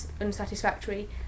unsatisfactory